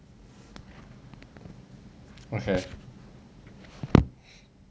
what's that